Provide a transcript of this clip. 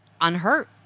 unhurt